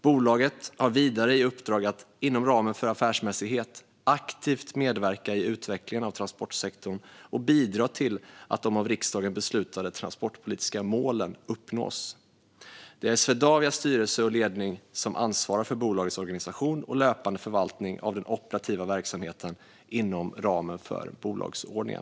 Bolaget har vidare i uppdrag att inom ramen för affärsmässighet aktivt medverka i utvecklingen av transportsektorn och bidra till att de av riksdagen beslutade transportpolitiska målen uppnås. Det är Swedavias styrelse och ledning som ansvarar för bolagets organisation och löpande förvaltning av den operativa verksamheten inom ramen för bolagsordningen.